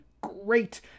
great